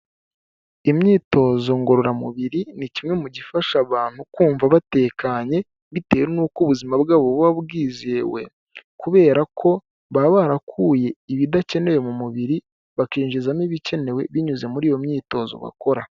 Imyitozo ngororamubiri ni kimwe mu gifasha abantu kumva batekanye bitewe n'uko ubuzima bwabo buba bwizewe kubera ko baba barakuye ibidakenewe mu mubiri bakinjizamo ibikenewe binyuze muri iyo myitozo bakora.